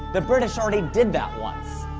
the british already did that once.